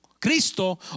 Cristo